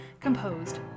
composed